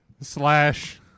slash